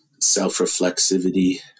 self-reflexivity